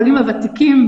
העולים הוותיקים,